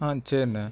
ஆ சேரிண